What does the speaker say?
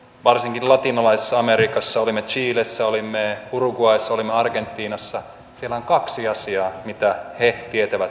varsinkin latinalaisessa amerikassa olimme chilessä olimme uruguayssa olimme argentiinassa on kaksi asiaa mitä he tietävät suomesta